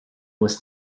was